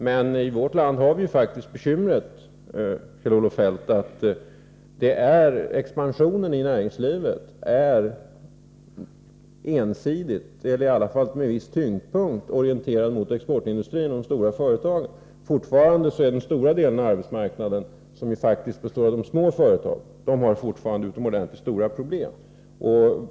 Men i vårt land har vi faktiskt det bekymret, Kjell-Olof Feldt, att expansionen i näringslivet är närmast ensidigt orienterad mot — eller i varje fall har sin tyngdpunkt på — exportsidan. Fortfarande har den stora delen av arbetsmarknaden, som faktiskt består av de små företagen, utomordentligt stora problem.